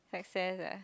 success ah